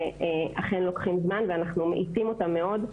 אכן לוקחים זמן ואנחנו מאיצים אותם מאוד.